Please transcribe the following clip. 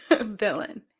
Villain